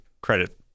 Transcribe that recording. credit